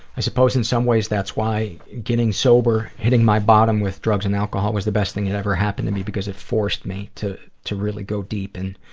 i suppose in some ways that's why getting sober, hitting my bottom with drugs and alcohol was the best thing that ever happened to me, because it forced me to to really go deep and